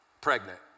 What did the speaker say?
Pregnant